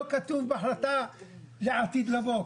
לא כתוב בהחלטה לעתיד לבוא,